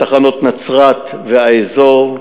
בתחנות נצרת והאזור,